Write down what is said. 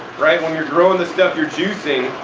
right, when you're growing the stuff you're juicing.